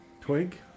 Twig